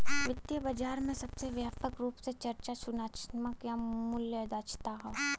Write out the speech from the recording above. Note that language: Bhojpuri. वित्तीय बाजार में सबसे व्यापक रूप से चर्चा सूचनात्मक या मूल्य दक्षता हौ